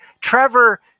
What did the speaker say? Trevor